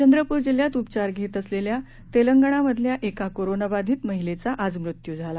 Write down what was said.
चंद्रपूर जिल्ह्यात उपचार घेत असलेल्या तेलंगणामधल्या एका कोरोबाधित महिलेचा आज मृत्यू झाला